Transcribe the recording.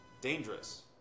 dangerous